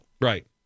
Right